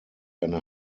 eine